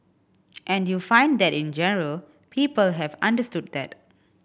and you find that in general people have understood that